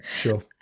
sure